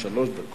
יש לך שלוש דקות.